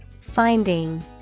Finding